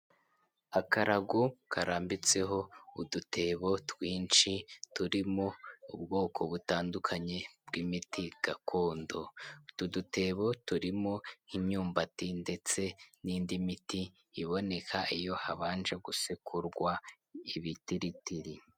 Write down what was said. Akarago karambitseho udutebo twinshi turimo ubwoko butandukanye bw'imiti gakondo, utu dutebo turimo imyumbati ndetse n'indi miti iboneka iyo habanje gusekurwa ibitiritiri.